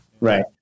Right